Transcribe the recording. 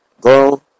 go